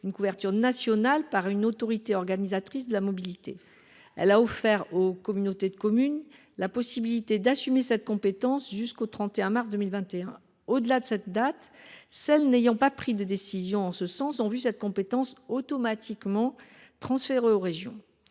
une couverture nationale par une autorité organisatrice de la mobilité. Elle a offert aux communautés de communes la possibilité d’assumer cette compétence jusqu’au 31 mars 2021. Au delà de cette date, celles qui n’ont pas pris de décision en ce sens ont vu cette compétence automatiquement transférée aux régions.